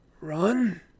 run